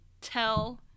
tell